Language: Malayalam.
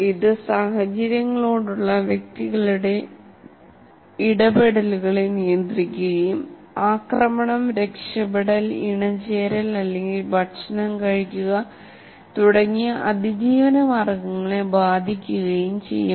ഇത് സാഹചര്യങ്ങളോടുള്ള വ്യക്തിയുടെ ഇടപെടലുകളെ നിയന്ത്രിക്കുകയും ആക്രമണം രക്ഷപ്പെടൽ ഇണചേരൽ അല്ലെങ്കിൽ ഭക്ഷണം കഴിക്കുക തുടങ്ങിയ അതിജീവന മാർഗങ്ങളെ ബാധിക്കുകയും ചെയ്യും